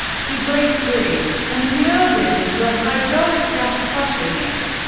she breaks free and lures it into a hydraulic press, crushing it.